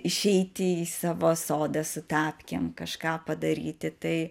išeiti į savo sodą su tapkėm kažką padaryti tai